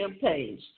campaigns